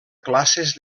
classes